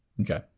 Okay